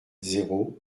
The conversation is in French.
zéro